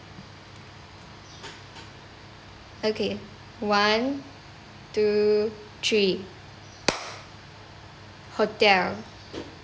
okay one two three hotel